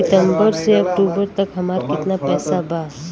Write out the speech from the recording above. सितंबर से अक्टूबर तक हमार कितना पैसा बा?